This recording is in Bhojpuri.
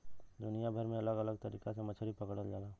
दुनिया भर में अलग अलग तरीका से मछरी पकड़ल जाला